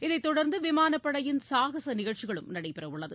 இதனைத்தொடர்ந்து விமானப்படையின் சாகச நிகழ்ச்சிகளும் நடைபெறவுள்ளது